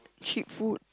cheap food